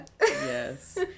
Yes